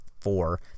four